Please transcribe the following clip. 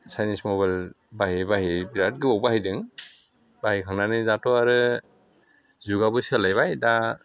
Chinese mobile बाहायै बाहायै बिराद गोबाव बाहायदों बाहायखांनानै दाथ' आरो जुगाबो सोलायबाय दा